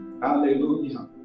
Hallelujah